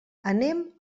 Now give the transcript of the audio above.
anem